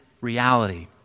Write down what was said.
reality